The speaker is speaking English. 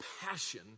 passion